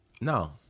No